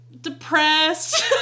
depressed